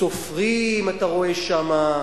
סופרים אתה רואה שם,